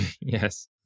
Yes